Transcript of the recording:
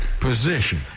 position